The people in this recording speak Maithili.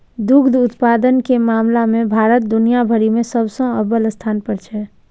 दुग्ध उत्पादन के मामला मे भारत दुनिया भरि मे सबसं अव्वल स्थान पर छै